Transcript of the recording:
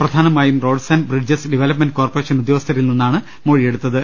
പ്രധാനമായും Roads and Bridges Development Corporation ഉദ്യോഗസ്ഥ രിൽ നിന്നാണ് മൊഴിയെടുത്തത്